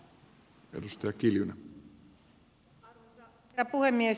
arvoisa herra puhemies